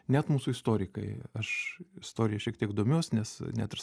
net mūsų istorikai aš istorija šiek tiek domiuos nes net ir